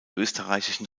österreichischen